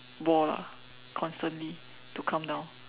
wall lah constantly to come down